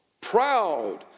proud